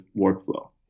workflow